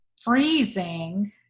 freezing